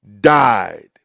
died